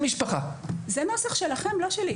זה נוסח שלכם, לא שלי.